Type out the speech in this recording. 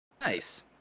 Nice